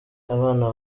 abana